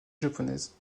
japonaise